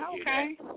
Okay